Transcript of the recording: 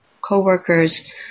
coworkers